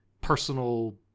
personal